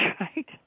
right